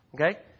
Okay